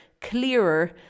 clearer